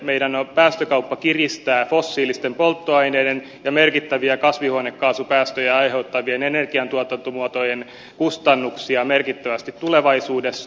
meidän päästökauppamme kiristää fossiilisten polttoaineiden ja merkittäviä kasvihuonekaasupäästöjä aiheuttavien energiantuotantomuotojen kustannuksia merkittävästi tulevaisuudessa